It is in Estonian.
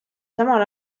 samal